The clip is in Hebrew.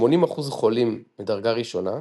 80% חולים מדרגה ראשונה,